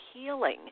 healing